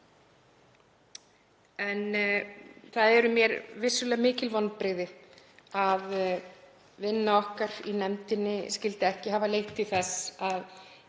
en það eru mér vissulega mikil vonbrigði að vinna okkar í nefndinni skuli ekki hafa leitt til þess að